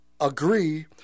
agree